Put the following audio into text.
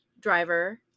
driver